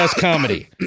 comedy